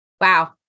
Wow